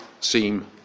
seem